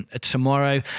tomorrow